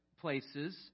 places